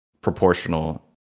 proportional